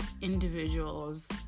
Individuals